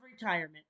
retirement